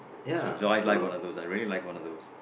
so I'd like one of those I'd really like one of those